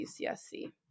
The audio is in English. ucsc